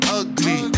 ugly